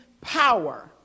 power